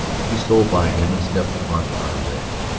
she stole by him and stepped upon the outer ledge.